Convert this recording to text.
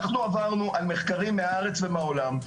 אנחנו עברנו על מחקרים מהארץ ומהעולם,